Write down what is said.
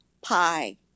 pie